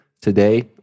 Today